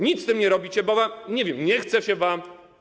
Nic z tym nie robicie, bo nie wiem, nie chce się wam.